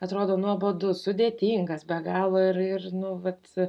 atrodo nuobodus sudėtingas be galo ir ir nu vat